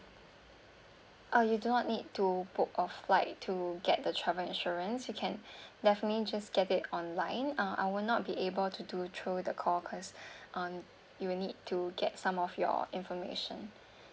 uh you do not need to book of flight to get the travel insurance you can definitely just get it online uh I'll not be able to do through the call cause um you will need to get some of your of information